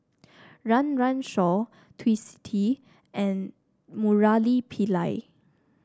Run Run Shaw Twisstii and Murali Pillai